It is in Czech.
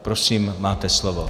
Prosím, máte slovo.